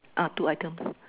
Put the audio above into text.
ah two items